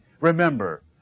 remember